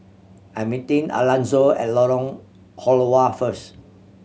I'm meeting Alanzo at Lorong Halwa first